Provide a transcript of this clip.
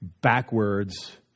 backwards